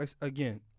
again